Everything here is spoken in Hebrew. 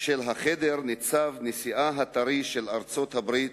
של החדר ניצב נשיאה הטרי של ארצות-הברית,